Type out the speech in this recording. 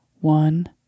one